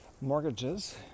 mortgages